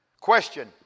Question